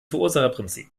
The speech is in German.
verursacherprinzip